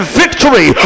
victory